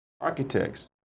architects